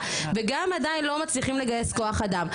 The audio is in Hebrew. וגם עדיין לא מצליחים לגייס כוח אדם,